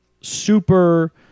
super